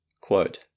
Quote